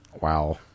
Wow